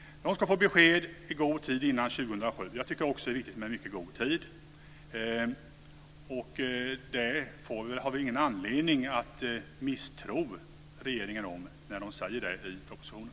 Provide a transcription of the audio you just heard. De ska få besked i god tid före år 2007. Också jag tycker att detta med i mycket god tid är viktigt. Vi har väl ingen anledning att misstro vad regeringen där säger i propositionen.